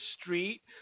street